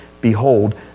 Behold